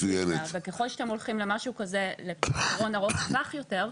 ואם אתם הולכים לפתרון ארוך טווח יותר,